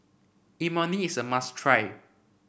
Imoni is a must try